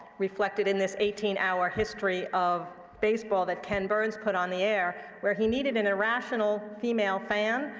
reflected in this eighteen hour history of baseball that ken burns put on the air where he needed an irrational female fan,